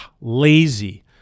lazy